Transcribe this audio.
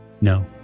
No